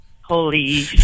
Holy